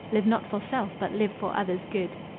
live not for self, but live for others' good.